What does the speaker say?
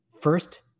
first